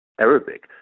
Arabic